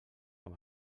com